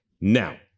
Now